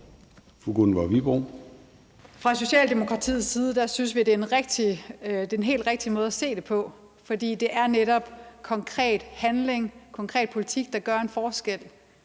Fra Socialdemokratiets side synes vi, at det er den helt rigtige måde at se det på. For det er netop konkret handling og konkret politik, der gør en forskel